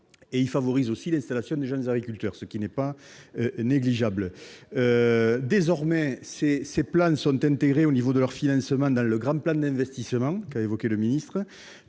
Elles favorisent aussi l'installation des jeunes agriculteurs, ce qui n'est pas négligeable. Désormais, ces aides sont intégrées, au niveau de leur financement, dans le Grand Plan d'investissement évoqué par le ministre.